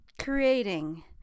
Creating